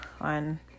on